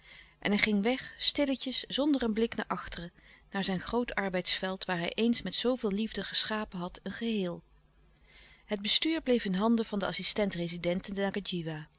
en hij ging weg stilletjes zonder een blik naar achteren naar zijn groot arbeidsveld waar hij eens met zooveel liefde ge schapen had een geheel het bestuur bleef in handen van den